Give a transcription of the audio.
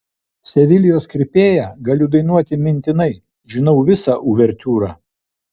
sevilijos kirpėją galiu dainuoti mintinai žinau visą uvertiūrą